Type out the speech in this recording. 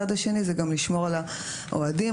הוא גם לשמור על האוהדים,